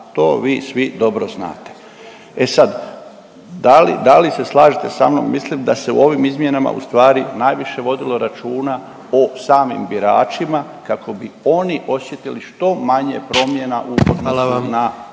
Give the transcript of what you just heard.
To vi svi dobro znate. E sad, da li, da li se slažete sa mnom, mislim da se u ovim izmjenama ustvari najviše vodilo računa o samim biračima kako bi oni osjetili što manje promjena u odnosu na